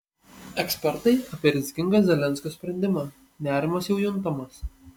ekspertai apie rizikingą zelenskio sprendimą nerimas jau juntamas